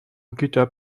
guitar